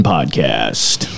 Podcast